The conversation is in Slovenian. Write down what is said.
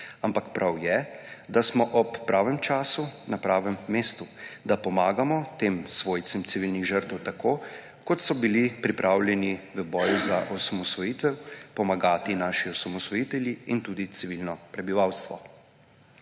ampak prav je, da smo ob pravem času na pravem mestu, da pomagamo tem svojcem civilnih žrtev, tako kot so bili pripravljeni v boju za osamosvojitev pomagati naši osamosvojitelji in tudi civilno prebivalstvo.